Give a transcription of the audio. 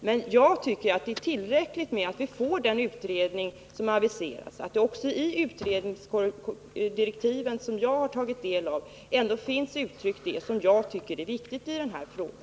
För mig är det tillräckligt att vi får den utredning som aviseras och att det i utredningens direktiv, som jag har tagit del av, ändå finns uttryckt det som jag tycker är viktigt i denna fråga.